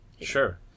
Sure